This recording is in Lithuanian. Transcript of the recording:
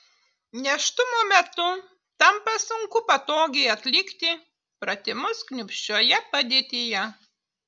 nėštumo metu tampa sunku patogiai atlikti pratimus kniūpsčioje padėtyje